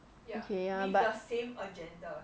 ya okay ya but